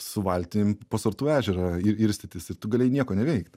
su valtim po sartų ežerą ir irstytis ir tu galėjai nieko neveikt